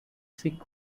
sick